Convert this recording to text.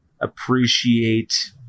appreciate